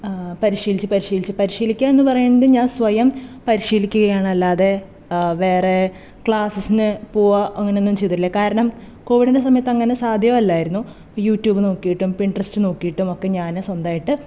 പരിശീലിച്ച് പരിശീലിച്ച് പരിശീലിക്കാ എന്ന് പറയണത് ഞാൻ സ്വയം പരിശീലിക്കയാണ് അല്ലാതെ വേറെ ക്ലാസ്സസിന് പോവുക അങ്ങനെ ഒന്നും ചെയ്തട്ടില്ല കാരണം കോവിഡിന്റെ സമയത്ത് അങ്ങനെ സാധ്യമല്ലായിരുന്നു യൂട്യൂബ് നോക്കിട്ടും പിൻട്രസ്റ്റ് നോക്കിട്ടും ഒക്കെ ഞാൻ സ്വന്തമായിട്ട്